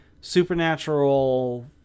supernatural